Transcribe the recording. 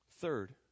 Third